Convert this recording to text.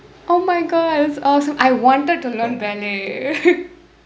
oh my god that's awesome I wanted to learn ballet